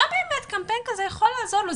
מה באמת קמפיין כזה יכול לעזור לו?